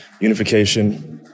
unification